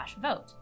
vote